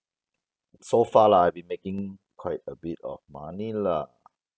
so far lah I've been making quite a bit of money lah